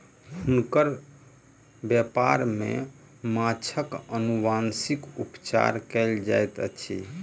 हुनकर व्यापार में माँछक अनुवांशिक उपचार कयल जाइत अछि